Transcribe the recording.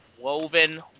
Woven